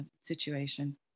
situation